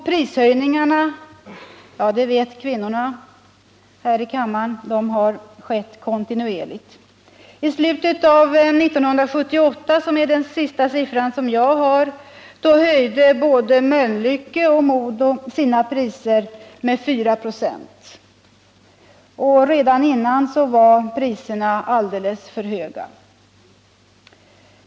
Prishöjningar har — det vet kvinnorna här i kammaren — skett kontinuerligt. I slutet av 1978 — det är de senaste prisuppgifter jag har — höjde både Mölnlycke och MoDo sina priser med 4 96. Redan dessförinnan var priserna alldeles för höga.